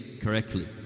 correctly